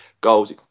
goals